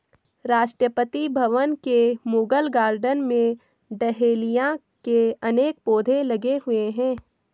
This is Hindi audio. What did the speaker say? राष्ट्रपति भवन के मुगल गार्डन में डहेलिया के अनेक पौधे लगे हुए हैं